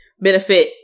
Benefit